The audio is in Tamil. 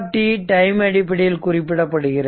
v டைம் அடிப்படையில் குறிப்பிடப்படுகிறது